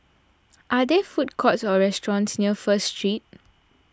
are there food courts or restaurants near First Street